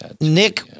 Nick